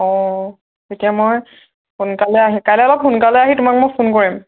অঁ তেতিয়া মই সোনকালে আহি কাইলে অলপ সোনকালে আহি তোমাক মই ফোন কৰিম